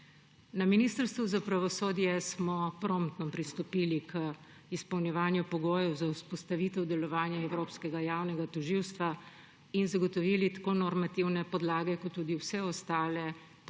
Na Ministrstvu za pravosodje smo promptno pristopili k izpolnjevanju pogojev za vzpostavitev delovanja Evropskega javnega tožilstva in zagotovili tako normativne podlage kot tudi vse ostale